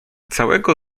całego